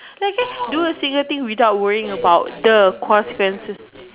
like I can do a single thing without worrying about the consequences